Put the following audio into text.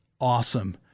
awesome